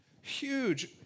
huge